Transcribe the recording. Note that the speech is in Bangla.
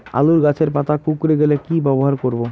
আলুর গাছের পাতা কুকরে গেলে কি ব্যবহার করব?